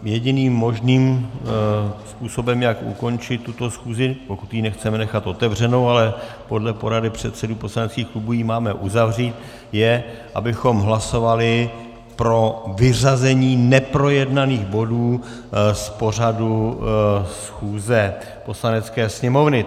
Jediným možným způsobem, jak ukončit tuto schůzi, pokud ji nechceme nechat otevřenou ale podle porady předsedů poslaneckých klubů ji máme uzavřít , je, abychom hlasovali pro vyřazení neprojednaných bodů z pořadu schůze Poslanecké sněmovny.